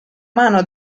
mano